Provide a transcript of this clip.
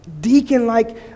Deacon-like